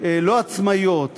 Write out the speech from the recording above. לא עצמאיות